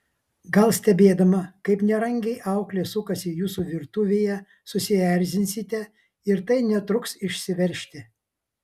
gal stebėdama kaip nerangiai auklė sukasi jūsų virtuvėje susierzinsite ir tai netruks išsiveržti